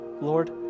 Lord